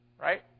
right